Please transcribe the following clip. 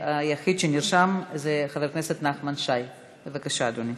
היחיד שנרשם הוא חבר הכנסת נחמן שי, בבקשה, אדוני.